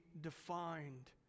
defined